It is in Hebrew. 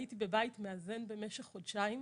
הייתי בבית מאזן במשך חודשיים.